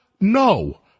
No